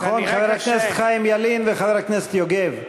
נכון, חבר הכנסת חיים ילין וחבר הכנסת יוגב?